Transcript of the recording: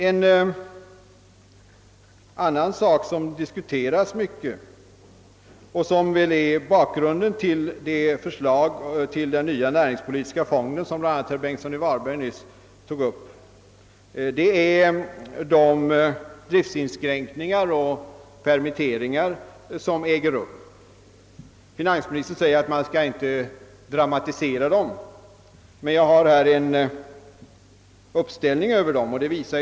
En annan sak som diskuteras mycket och som väl utgör bakgrunden till det förslag om en näringspolitisk fond, som bl.a. herr Bengtsson i Varberg tog upp, är de driftsinskränkningar och permitteringar som sker. Finansministern sä ger att man inte skall dramatisera dessa permitteringar, men jag har här en uppställning över dem.